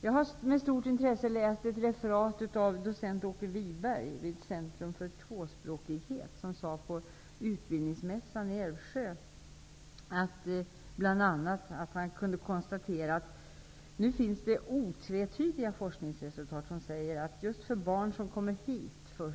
Jag har med stort intresse läst ett referat av vad docent Åke Wiberg vid Centrum för tvåspråkighet sade på utbildningsmässan, nämligen bl.a. att man nu kan konstatera att det finns otvetydiga forskningsresultat som visar att för just de barn som kommer hit